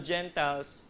Gentiles